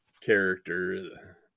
character